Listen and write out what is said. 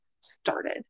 started